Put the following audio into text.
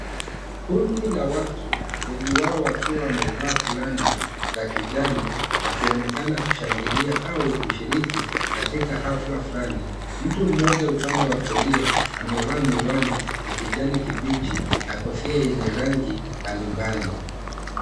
Kundi la watu, wengi wao wakiwa wamevaa fulana za kijani, wakionekana kushangilia au kushiriki katika hafla fulani. Mtu mmoja upande wa kulia amevaa miwani ya kijani kibichi na kofia yenye rangi mbalimbali.